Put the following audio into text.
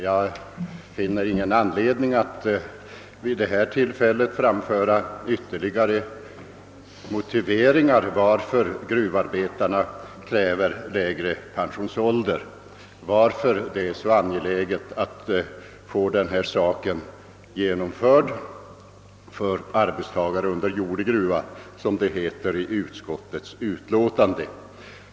Jag finner ingen anledning att vid detta tillfälle framföra ytterligare motiveringar för att gruvarbetarna kräver lägre pensionsålder och för att det är så angeläget att få denna reform genomförd för »arbetstagare under jord i gruva», som det heter i utskottets utlåtande.